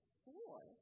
four